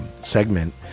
segment